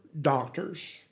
doctors